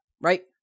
right